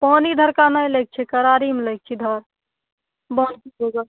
पानि इधर का नहि लै के छै करारीमे लैके छै इधर बान्हके उधर